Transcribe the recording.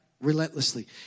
relentlessly